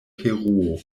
peruo